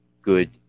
good